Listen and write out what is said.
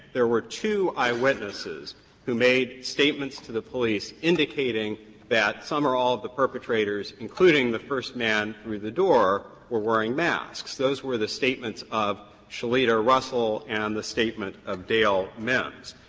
there were two eyewitnesses who made statements to the police indicating that some or all of the perpetrators, including the first man through the door, were wearing masks. those were the statements of shaelita russel and the statement of dale mims.